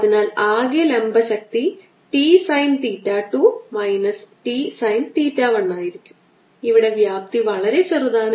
അതിനാൽ ഇത് 2 alpha plus beta minus 3 gamma 0 ന് തുല്യമാണ്